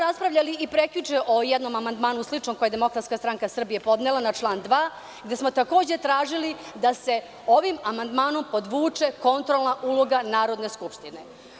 Raspravljali smo prekjuče o jednom amandmanu koji je DSS podnela na član 2, gde smo takođe tražili da se ovim amandmanom podvuče kontrolna uloga Narodne skupštine.